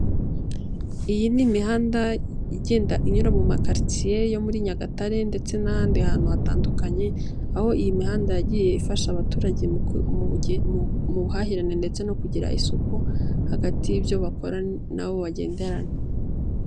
Imihanda igenda inyura mu makaritsiye yo muri Nyagatare ndetse n'ahandi hantu hatandukanye, aho iyi mihanda yagiye ifasha abaturage mu guhahirana ndetse no kugira isuku hagati y'ibyo bakora nabo bagenderana.